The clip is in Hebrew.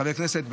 חברי הכנסת,